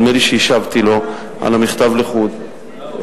נדמה לי שהשבתי לו על המכתב לחוד,